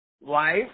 Life